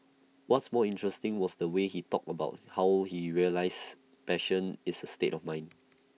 what's more interesting was the way he talked about how he realised passion is A state of mind